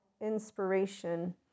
inspiration